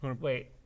Wait